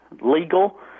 legal